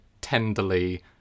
tenderly